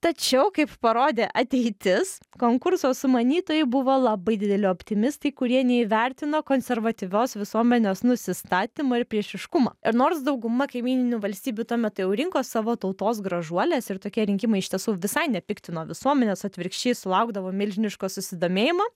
tačiau kaip parodė ateitis konkurso sumanytojai buvo labai dideli optimistai kurie neįvertino konservatyvios visuomenės nusistatymo ir priešiškumo ir nors dauguma kaimyninių valstybių tuo metu jau rinko savo tautos gražuoles ir tokie rinkimai iš tiesų visai nepiktino visuomenės atvirkščiai sulaukdavo milžiniško susidomėjimo